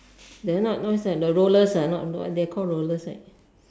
they're not what is that the rollers ah not they're called rollers right